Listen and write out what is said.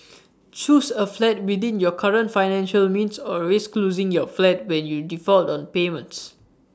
choose A flat within your current financial means or risk losing your flat when you default on payments